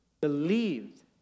believed